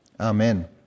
Amen